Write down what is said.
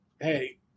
hey